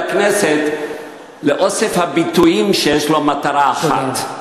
הכנסת לאוסף הביטויים שיש לו מטרה אחת,